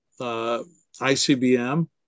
ICBM